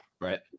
Right